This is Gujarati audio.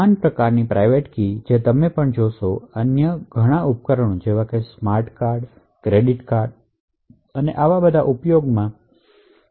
સમાન પ્રકારની પ્રાઇવેટ કી જે તમે પણ જોશો અન્ય ઘણા ઉપકરણો જેવા કે સ્માર્ટ કાર્ડ્સ ક્રેડિટ કાર્ડ્સ વગેરે ઉપકરણોમાં વપરાય છે